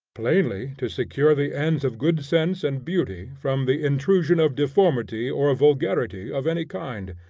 plainly to secure the ends of good sense and beauty, from the intrusion of deformity or vulgarity of any kind.